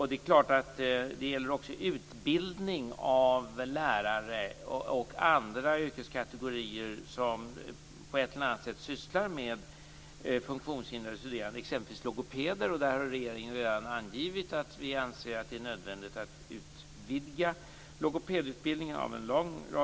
Det är klart att det också gäller utbildning av lärare och andra yrkeskategorier som på ett eller annat sätt sysslar med funktionshindrade studerande, exempelvis logopeder. Regeringen har redan angivit att vi av en lång rad olika skäl anser att det är nödvändigt att utvidga logopedutbildningen.